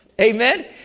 Amen